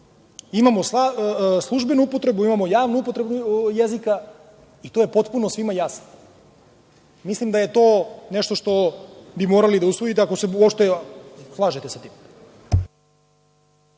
Imamo službenu upotrebu, imamo javnu upotrebu jezika, i to je potpuno svima jasno. Mislim da je to ne što što bi morali da usvojite, ako se uopšte slažete sa tim.